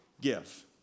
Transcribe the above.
give